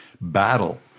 battle